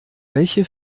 welche